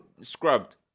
scrubbed